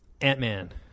Ant-Man